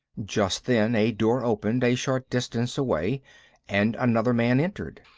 just then a door opened a short distance away and another man entered.